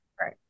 Right